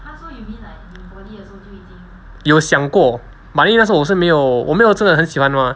有想过 but 因为那时候我是没有我没有真的很喜欢 mah